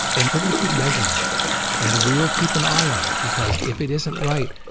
and if we're going to keep measuring it and we'll keep an eye on it, because if it isn't right,